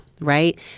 right